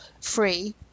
free